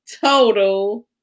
total